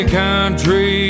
country